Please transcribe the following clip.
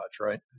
right